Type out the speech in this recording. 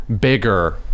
bigger